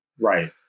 right